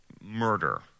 murder